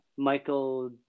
Michael